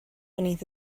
beneath